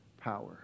power